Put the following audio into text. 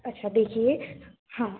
अच्छा देखिए हाँ